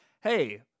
hey